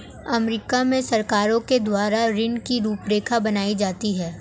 अमरीका में सरकारों के द्वारा ऋण की रूपरेखा बनाई जाती है